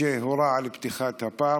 שהורתה על פתיחת הפארק.